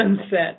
sunset